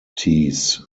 teas